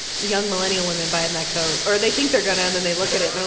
young millennial women buying that coat. or they think they're going to. and and they look at it,